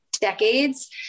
decades